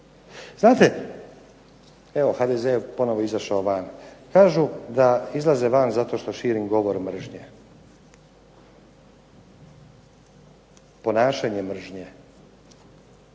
Znate, evo HDZ je ponovo izašao van. Kažu da izlaze van zato što širim govor mržnje. Ponašanje mržnje